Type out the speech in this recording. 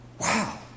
Wow